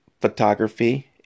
photography